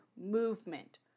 movement